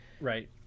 Right